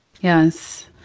Yes